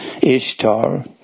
Ishtar